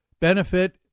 benefit